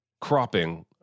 cropping